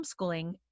homeschooling